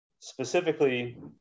specifically